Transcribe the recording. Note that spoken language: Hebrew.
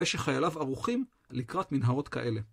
זה שחייליו ערוכים לקראת מנהרות כאלה.